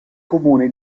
comune